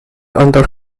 under